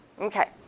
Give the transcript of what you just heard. Okay